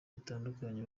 bitandukanye